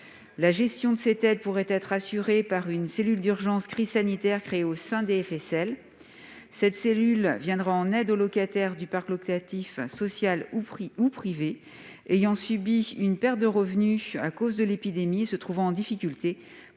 La gestion de cette aide pourra être assurée par une cellule d'urgence « crise sanitaire » créée au sein du FSL. Cette cellule viendra en aide aux locataires du parc locatif social ou privé, ayant subi une perte de revenus à cause de l'épidémie et se trouvant en difficulté